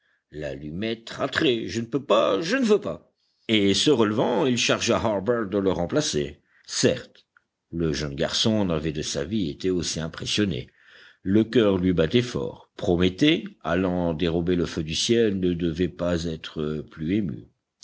l'allumette raterait je ne peux pas je ne veux pas et se relevant il chargea harbert de le remplacer certes le jeune garçon n'avait de sa vie été aussi impressionné le coeur lui battait fort prométhée allant dérober le feu du ciel ne devait pas être plus ému